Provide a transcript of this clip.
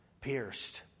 pierced